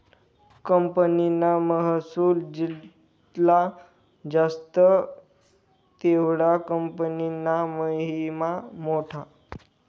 कंपनीना महसुल जित्ला जास्त तेवढा कंपनीना महिमा मोठा